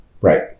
Right